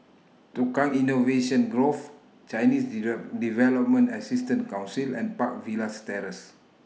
Tukang Innovation Grove Chinese Development Assistance Council and Park Villas Terrace